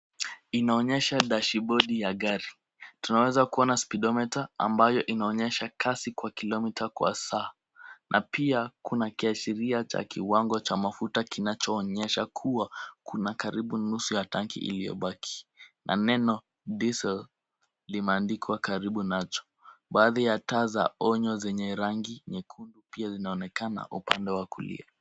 Inaonyesha dashibodi ya gari. Tunaweza kuona speedometer ambayo inaonesha kasi kwa kilomita kwa saa na pia kuna kiashiria cha kiwango cha mafuta kinachoonesha kuwa kuna karibu nusu ya tanki iliyobaki na neno diesel limeandikwa karibu nacho. Baadhi ya taa za onyo zenye rangi nyekundu pia zinaonekana upande wa kulia.